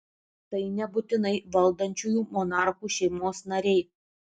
tai nebūtinai valdančiųjų monarchų šeimos nariai